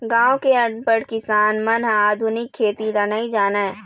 गाँव के अनपढ़ किसान मन ह आधुनिक खेती ल नइ जानय